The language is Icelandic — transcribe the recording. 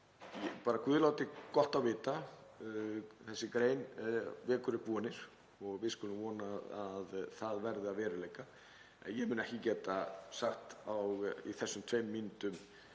En guð láti gott á vita. Þessi grein vekur upp vonir og við skulum vona að þetta verði að veruleika. En ég mun ekki geta sagt á þessum tveimur mínútum